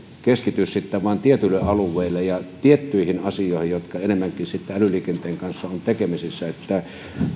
keskity vain tietyille alueille ja tiettyihin asioihin jotka enemmänkin älyliikenteen kanssa ovat tekemisissä että